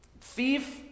thief